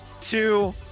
two